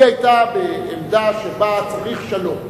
היא היתה בעמדה שצריך שלום,